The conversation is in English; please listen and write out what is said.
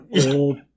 Old